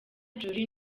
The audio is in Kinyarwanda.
jolie